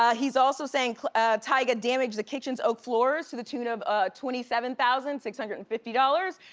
ah he's also saying tyga damaged the kitchen's oak floors to the tune of twenty seven thousand six hundred and fifty dollars.